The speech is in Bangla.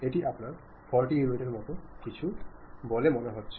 এটি আপনার 40 ইউনিটের মতো কিছু বলে মনে হচ্ছে